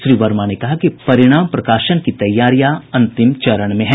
श्री वर्मा ने कहा कि परिणाम प्रकाशन की तैयारियां अंतिम चरण में है